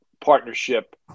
partnership